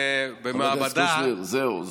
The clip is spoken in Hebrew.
אדוני, במעבדה, חבר הכנסת קושניר, זהו.